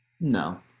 no